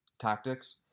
tactics